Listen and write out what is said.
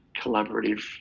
collaborative